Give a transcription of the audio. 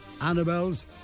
Annabelle's